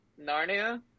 Narnia